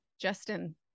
Justin